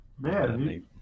Man